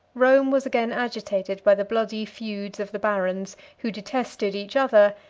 rome was again agitated by the bloody feuds of the barons, who detested each other,